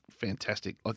fantastic